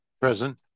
Present